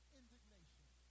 indignation